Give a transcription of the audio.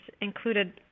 included